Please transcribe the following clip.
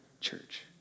church